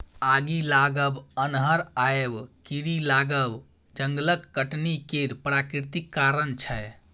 आगि लागब, अन्हर आएब, कीरी लागब जंगलक कटनी केर प्राकृतिक कारण छै